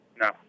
No